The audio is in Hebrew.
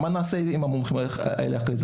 אנחנו לא יודעים מה נעשה עם המומחים האלה אחרי זה.